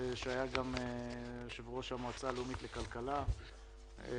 שהיה גם יושב-ראש המועצה הלאומית לכלכלה והיום